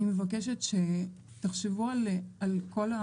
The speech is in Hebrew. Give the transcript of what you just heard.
אני מבקשת שתחשבו על כל,